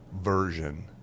version